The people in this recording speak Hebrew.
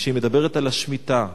כשהיא מדברת על השמיטה,